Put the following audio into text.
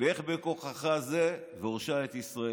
לך בכוחך זה והושע את ישראל.